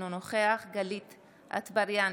אינו נוכח גלית דיסטל אטבריאן,